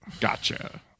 Gotcha